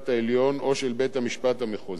או של בית-המשפט המחוזי,